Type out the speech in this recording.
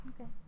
Okay